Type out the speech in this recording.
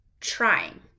trying